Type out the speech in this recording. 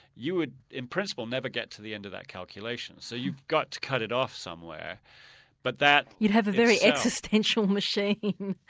you would in principle never get to the end of that calculation. so you've got to cut it off somewhere but that itself. you'd have a very existential machine.